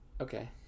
okay